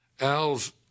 Al's